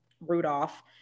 Rudolph